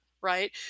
right